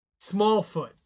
Smallfoot